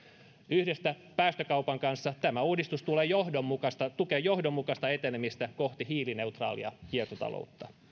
yhdessä päästökaupan kanssa tämä uudistus tukee johdonmukaista tukee johdonmukaista etenemistä kohti hiilineutraalia kiertotaloutta